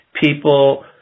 people